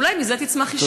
ואולי מזה תצמח ישועה.